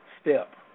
step